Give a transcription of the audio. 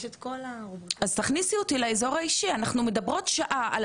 אנחנו מדברות שעה על אנשים שרוצים לדעת למה לוקחים כסף,